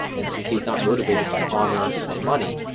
and since he's not motivated by honor or money,